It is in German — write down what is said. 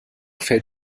fällt